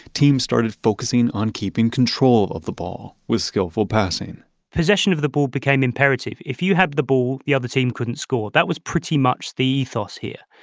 teams started focusing on keeping control of the ball with skillful passing possession of the ball became became imperative. if you had the ball, the other team couldn't score. that was pretty much the ethos here,